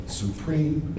supreme